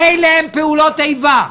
אלה הן פעולות איבה,